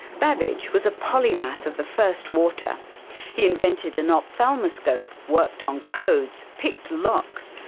babbage was a polymath of the first water he invented an ophthalmoscope, worked on codes, picked locks,